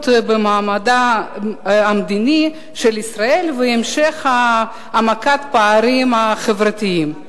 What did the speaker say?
במעמדה המדיני של ישראל והמשך העמקת הפערים החברתיים.